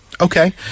Okay